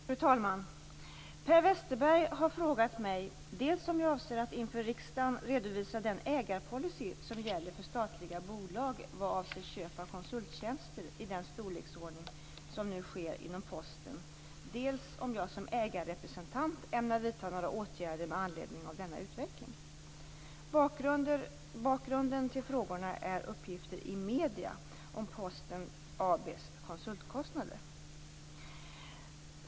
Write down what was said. Fru talman! Per Westerberg har frågat mig dels om jag avser att inför riksdagen redovisa den ägarpolicy som gäller för statliga bolag vad avser köp av konsulttjänster i den storleksordning som nu sker inom Posten, dels om jag som ägarrepresentant ämnar vidta några åtgärder med anledning av denna utveckling. Bakgrunden till frågorna är uppgifter i medierna om Posten AB:s konsultkostnader.